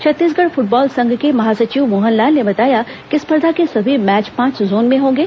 Chhattisgarh football संघ के महासचिव मोहन लाल ने बताया कि स्पर्धा के सभी मैच पांच जोन में होंगे